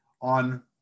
on